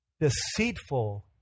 deceitful